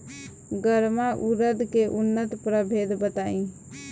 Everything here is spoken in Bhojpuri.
गर्मा उरद के उन्नत प्रभेद बताई?